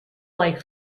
like